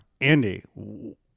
Andy